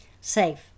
Safe